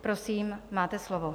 Prosím, máte slovo.